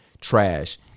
trash